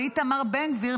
לאיתמר בן גביר,